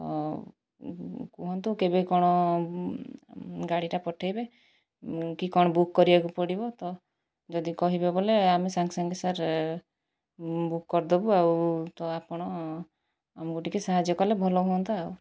ତ କୁହନ୍ତୁ କେବେ କ'ଣ ଗାଡ଼ିଟା ପଠାଇବେ କି କ'ଣ ବୁକ୍ କରିବାକୁ ପଡ଼ିବ ତ ଯଦି କହିବେ ବୋଇଲେ ଆମେ ସଙ୍ଗେସଙ୍ଗେ ସାର୍ ବୁକ୍ କରିଦେବୁ ଆଉ ତ ଆପଣ ଆମକୁ ଟିକିଏ ସାହାଯ୍ୟ କଲେ ଭଲ ହୁଅନ୍ତା ଆଉ